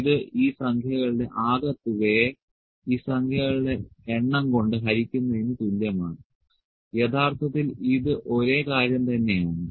ഇത് ഈ സംഖ്യകളുടെ ആകെത്തുകയെ ഈ സംഖ്യകളുടെ എണ്ണം കൊണ്ട് ഹരിക്കുന്നതിന് തുല്യമാണ് യഥാർത്ഥത്തിൽ ഇത് ഒരേ കാര്യം തന്നെ ആണ്